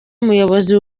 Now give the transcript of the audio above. umuyobozi